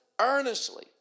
earnestly